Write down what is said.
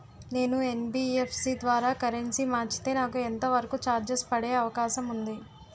నేను యన్.బి.ఎఫ్.సి ద్వారా కరెన్సీ మార్చితే నాకు ఎంత వరకు చార్జెస్ పడే అవకాశం ఉంది?